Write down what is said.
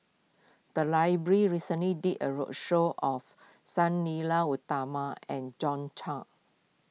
the library recently did a roadshow of Sang Nila Utama and John